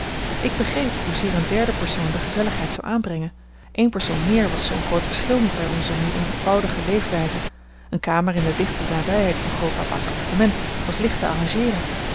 ik begreep hoezeer een derde persoon de gezelligheid zou aanbrengen een persoon meer was zoo'n groot verschil niet bij onze nu eenvoudige leefwijze een kamer in de dichte nabijheid van grootpapa's appartement was licht te arrangeeren